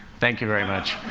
thank you very much.